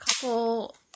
couple